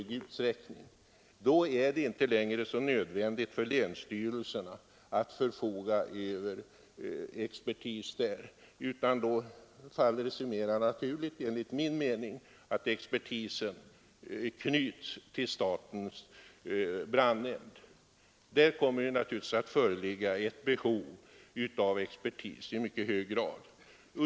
Därför är det inte längre så nödvändigt för länsstyrelserna att förfoga över expertis, utan då faller det sig mera naturligt enligt min mening att expertisen knyts till statens brandnämnd. Där kommer naturligtvis att i mycket hög grad föreligga ett behov av expertis.